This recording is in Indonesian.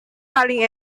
paling